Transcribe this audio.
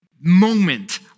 moment